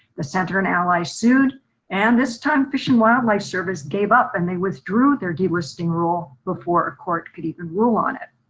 the center and allies sued and this time fish and wildlife service gave up and they withdrew their delisting rule before a court could even rule on it.